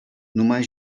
нумай